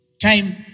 Time